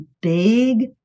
big